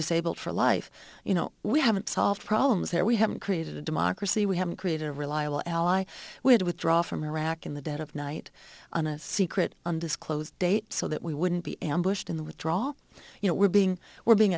disabled for life you know we haven't solved problems there we haven't created a democracy we haven't created a reliable ally would withdraw from iraq in the dead of night on a secret undisclosed date so that we wouldn't be ambushed in the withdraw you know we're being we're being